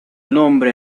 nombre